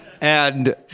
And-